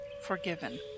forgiven